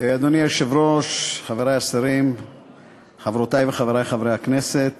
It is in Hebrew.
המוסד), של חבר הכנסת